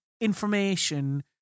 information